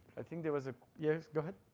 i think there was a yes, go